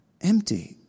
Empty